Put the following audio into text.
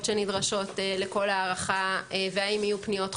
שנדרשות לכל הערכה והאם יהיו פניות חוזרות.